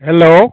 hello